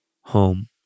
home